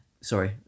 Sorry